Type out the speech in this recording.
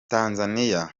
tanzaniya